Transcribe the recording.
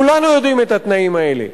כולנו יודעים את התנאים האלה: